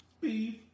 Beef